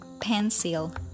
pencil